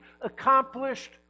accomplished